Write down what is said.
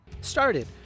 started